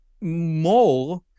more